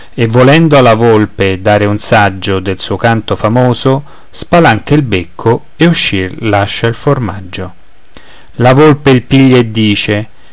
e volendo alla volpe dare un saggio del suo canto famoso spalanca il becco e uscir lascia il formaggio la volpe il piglia e dice